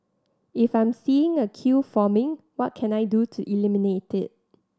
if I'm seeing a queue forming what can I do to eliminate it